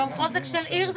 גם חוזק של עיר הוא